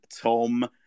Tom